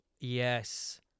yes